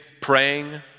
praying